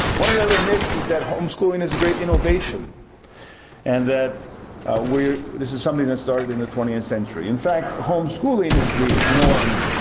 one of the other myths is that homeschooling is a great innovation and that this is something that started in the twentieth century. in fact, homeschooling is the norm,